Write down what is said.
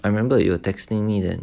I remember you were texting me then